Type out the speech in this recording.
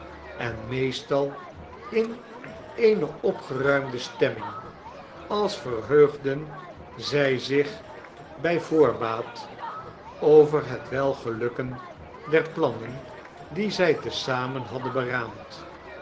en meestal in eene opgeruimde stemming als verheugden zij zich bij voorraad over het welgelukken der elannen die zij te zamen hadden beraamd